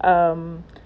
um